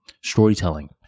storytelling